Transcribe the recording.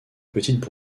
petite